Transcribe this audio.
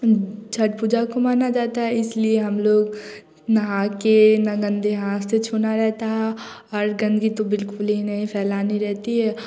छट पूजा को मन जाता है इसलिए हम लोग नहाकर ना गंदे हाथ से छुना रहता है और गन्दगी तो बिलकुल ही नहीं फैलानी रहती है